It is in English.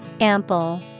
Ample